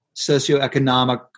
socioeconomic